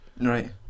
right